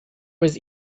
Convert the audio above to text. was